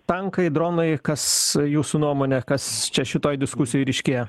tankai dronai kas jūsų nuomone kas čia šitoj diskusijoj ryškėja